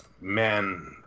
man